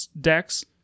decks